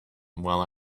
while